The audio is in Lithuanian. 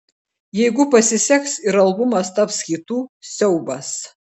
jeigu pasiseks ir albumas taps hitu siaubas